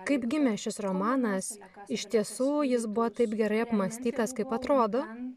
kaip gimė šis romanas iš tiesų jis buvo taip gerai apmąstytas kaip atrodo